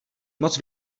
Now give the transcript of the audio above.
moc